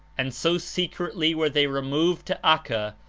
and so secretly were they removed to acca,